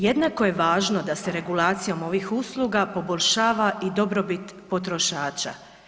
Jednako je važno da se regulacijom ovih usluga poboljšava i dobrobit potrošača.